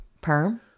Perm